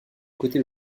côté